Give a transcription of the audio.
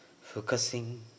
Focusing